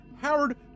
Howard